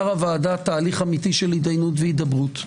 הוועדה תהליך אמיתי של הידיינות והידברות,